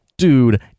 dude